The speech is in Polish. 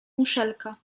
muszelka